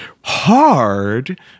hard